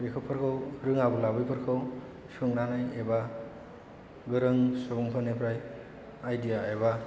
बेफोरखौबो रोङोब्ला बेफोरखौ सोंनानै एबा गोरों सुबुंफोरनिफ्राय आइडिया एबा